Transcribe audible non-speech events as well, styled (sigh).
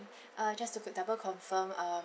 (breath) uh just to co~ double confirm err